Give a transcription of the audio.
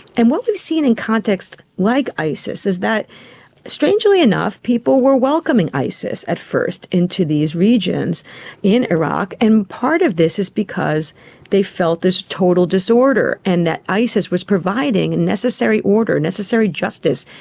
and what we've seen in contexts like isis is that strangely enough people were welcoming isis at first into these regions in iraq, and part of this is because they felt this total the disorder and that isis was providing and necessary order, necessary justice,